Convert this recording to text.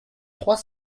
trois